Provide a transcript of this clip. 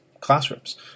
classrooms